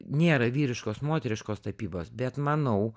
nėra vyriškos moteriškos tapybos bet manau